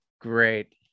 great